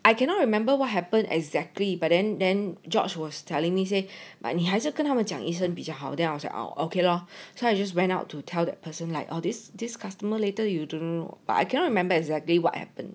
I cannot remember what happened exactly but then then george was telling me say but 还是跟他们讲一声比较好 our okay lor so I just went out to tell that person like all this this customer later you do but I cannot remember exactly what happened